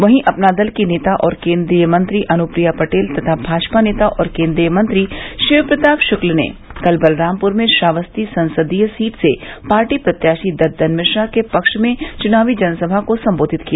वहीं अपना दल की नेता और केन्द्रीय मंत्री अनुप्रिया पटेल तथा भाजपा नेता और केन्द्रीय मंत्री शिव प्रताप शुक्ल ने कल बलरामपुर में श्रावस्ती संसदीय सीट से पार्टी प्रत्याशी दद्दन मिश्रा के पक्ष में चुनावी जनसभा को संबोधित किया